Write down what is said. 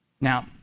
Now